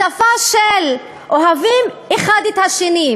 השפה של "אוהבים האחד את השני",